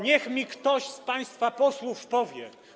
Niech mi ktoś z państwa posłów powie.